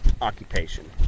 occupation